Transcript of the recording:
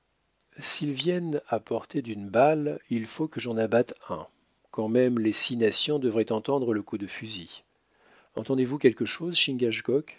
s'ils viennent à portée d'une balle il faut que j'en abatte un quand même les six nations devraient entendre le coup de fusil entendez-vous quelque chose